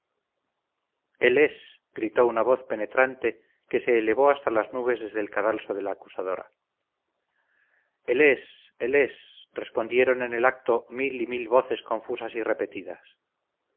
él es gritó una voz penetrante que se elevó hasta las nubes desde el cadalso de la acusadora él es él es respondieron en el acto mil y mil voces confusas y repetidas